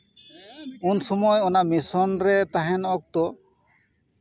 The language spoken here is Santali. ᱩᱱ ᱥᱚᱢᱚᱭ ᱚᱱᱟ ᱢᱤᱥᱚᱱ ᱨᱮ ᱛᱟᱦᱮᱱ ᱚᱠᱛᱚ